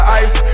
ice